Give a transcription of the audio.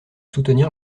soutenir